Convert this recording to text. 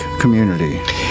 community